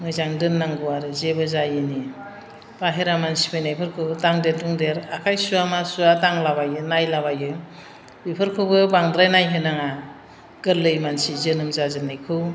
मोजां दोननांगौ आरो जेबो जायिनि बाहेरा मानसि फैनायफोरखौ दांदेर दुंदेर आखाइ सुवा मा सुवा दांलाबायो नायलाबायो बेफोरखौबो बांद्राय नायहो नाङा गोरलै मानसि जोनोम जाजेननायखौ